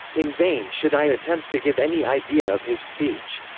in vain should i attempt to give any idea of his speech.